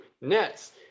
nets